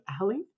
Allie